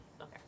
Okay